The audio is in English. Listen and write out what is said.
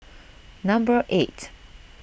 number eight